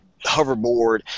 hoverboard